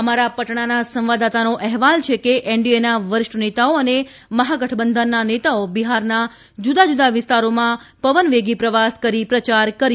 અમારા પટનાના સંવાદદાતાનો અહેવાલ છે કે એનડીએના વરિષ્ઠનેતાઓ અને મહાગઠબંધનના નેતાઓ બિહારના જુદાજુદા વિસ્તારોમાં પવનવેગી પ્રવાસ કરી પ્રચાર કરી રહ્યા છે